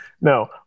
No